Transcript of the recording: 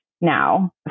now